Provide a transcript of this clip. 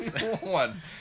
One